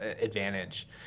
advantage